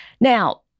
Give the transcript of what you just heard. Now